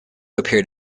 appeared